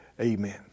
amen